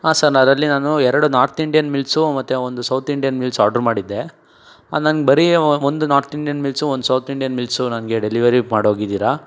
ಹಾಂ ಸರ್ ನಾನು ಅದರಲ್ಲಿ ನಾನು ಎರಡು ನಾರ್ತ್ ಇಂಡಿಯನ್ ಮೀಲ್ಸು ಮತ್ತು ಒಂದು ಸೌತ್ ಇಂಡಿಯನ್ ಮೀಲ್ಸು ಆರ್ಡ್ರ್ ಮಾಡಿದ್ದೆ ಹಾಂ ನನ್ಗೆ ಬರೀ ಒಂದು ನಾರ್ತ್ ಇಂಡಿಯನ್ ಮೀಲ್ಸು ಒಂದು ಸೌತ್ ಇಂಡಿಯನ್ ಮೀಲ್ಸು ನನಗೆ ಡೆಲಿವರಿ ಮಾಡೋಗಿದ್ದೀರಾ